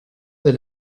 del